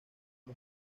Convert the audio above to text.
los